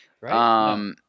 Right